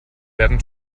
werden